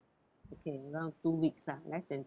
okay around two weeks ah less than